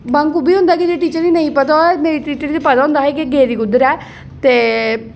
bunk ओह् बी होंदी जेह्ड़ी टीचर गी नेईं पता होए मेरे टीचर गी पता होंदा हा कि एह् गेदी कुद्धर ऐ ते